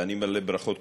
ואני מלא ברכות,